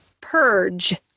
purge